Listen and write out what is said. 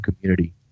community